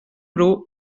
bru